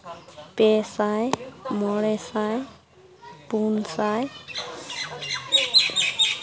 ᱯᱮᱥᱟᱭ ᱢᱚᱬᱮ ᱥᱟᱭ ᱯᱩᱱ ᱥᱟᱭ